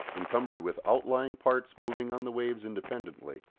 encumbered with outlying parts moving on the waves independently,